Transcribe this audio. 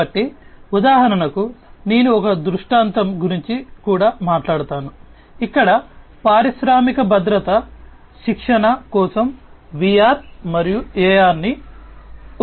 కాబట్టి ఉదాహరణకు నేను ఒక దృష్టాంతం గురించి కూడా మాట్లాడతాను ఇక్కడ పారిశ్రామిక భద్రత శిక్షణ కోసం VR మరియు AR ను ఉపయోగించవచ్చు